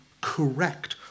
correct